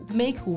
make